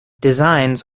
designs